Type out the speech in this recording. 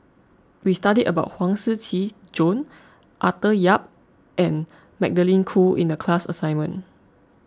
we studied about Huang Shiqi Joan Arthur Yap and Magdalene Khoo in the class assignment